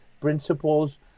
principles